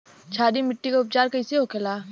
क्षारीय मिट्टी का उपचार कैसे होखे ला?